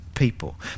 People